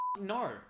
No